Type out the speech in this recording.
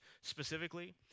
specifically